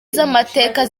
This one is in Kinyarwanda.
z’amateka